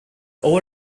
all